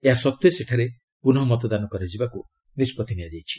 ଏହା ସତ୍ତ୍ୱେ ସେଠାରେ ପୁନଃ ମତଦାନ କରାଯିବାକୁ ନିଷ୍ପଭି ନିଆଯାଇଛି